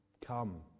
Come